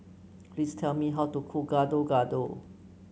please tell me how to cook Gado Gado